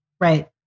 Right